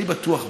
אני בטוח בזה.